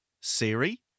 Siri